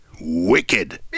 Wicked